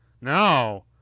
no